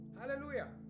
hallelujah